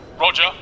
Roger